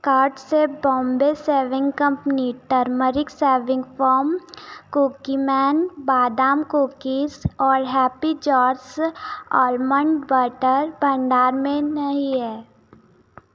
cart से Bombay shaving company turmeric shaving foam Cookieman बादाम cookies और हैप्पी जार्स आलमंड बटर भंडार में नहीं हैं